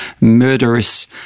murderous